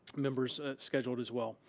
members scheduled as well.